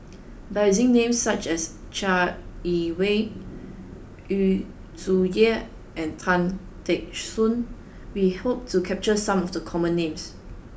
by using names such as Chai Yee Wei Yu Zhuye and Tan Teck Soon we hope to capture some of the common names